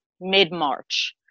mid-march